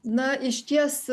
na išties